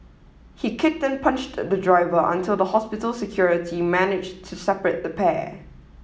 he kicked and punched the driver until the hospital security managed to separate the pair